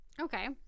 Okay